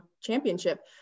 championship